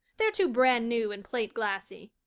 they're too brand new and plateglassy.